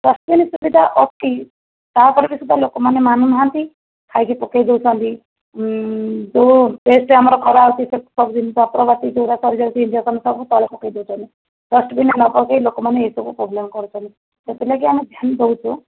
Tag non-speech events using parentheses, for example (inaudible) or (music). dustbin ସୁବିଧା ଅଛି ତାଉପରେ ବେଶି ତ ଲୋକମାନେ ମାନୁନାହାନ୍ତି ଖାଇକି ପକାଇଦେଉଛନ୍ତି ଯେଉଁ ଟେଷ୍ଟ ଆମର କରାହେଉଛି ସେଇ ସବୁ ଯନ୍ତ୍ରପାତି ଯେଉଁଗୁଡ଼ା ସରିଯାଉଛି (unintelligible) ତଳେ ପକାଇଦେଉଛନ୍ତି ଡଷ୍ଟବିନରେ ନପକାଇ ଲୋକମାନେ ଏ ସବୁ ପ୍ରୋବ୍ଲେମ କରୁଛନ୍ତି ସେଥିଲାଗି ଆମେ ଧ୍ୟାନ ଦେଉଛୁ